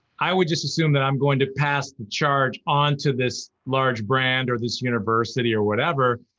i would just assume that i'm going to pass the charge on to this large brand or this university or whatever,